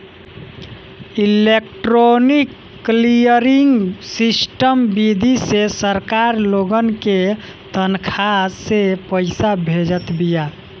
electronic clearing system विधि से सरकार लोगन के तनखा के पईसा भेजत बिया